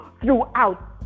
throughout